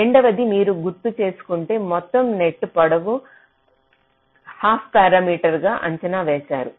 రెండవది మీరు గుర్తు చేసుకుంటే మొత్తం నెట్ పొడవు హాఫ్ పారామీటర్ గా అంచనా వేశారు